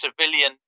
civilian